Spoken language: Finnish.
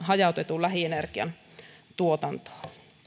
hajautetun lähienergian tuotantoon